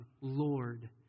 Lord